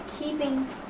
keeping